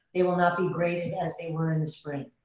they will not be graded as they were in the spring.